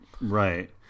right